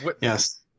yes